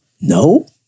no